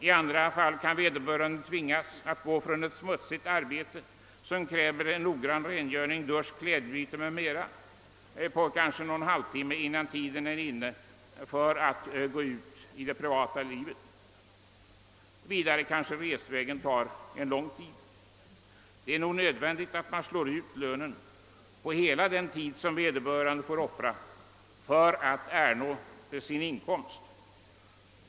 I andra fall däremot kan vederbörande tvingas gå från ett smutsigt arbete, som kräver noggrann rengöring, dusch, klädbyte m.m. på kanske en halvtimme innan han kan gå ut i det privata livet. Vidare kanske resvägen tar lång tid. Det är nog nödvändigt att man slår ut lönen på hela den tid som vederbörande får offra för att komma upp i den inkomst han har.